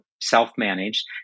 self-managed